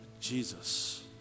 Jesus